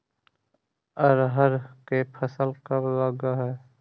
अरहर के फसल कब लग है?